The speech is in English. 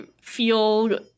feel